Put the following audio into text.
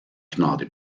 gnade